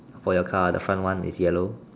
for your car the front one is it yellow